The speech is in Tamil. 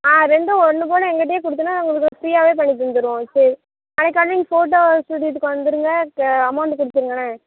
ஆ ரெண்டும் ஒன்றுப்போல எங்கிட்டையே கொடுத்திங்கனா நாங்கள் உங்களுக்கு ஃப்ரீயாகவே பண்ணி தந்துருவோம் சரி நாளைக்கு காலைல எங்கள் ஃபோட்டோ ஸ்டூடியத்துக்கு வந்துருங்க க அமௌண்டு கொடுத்துருங்களேன்